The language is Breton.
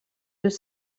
eus